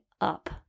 up